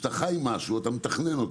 כשאתה חי עם משהו, אתה מתכנן אותו.